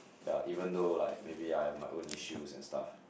ya even though like maybe I have my own issues and stuff